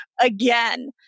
again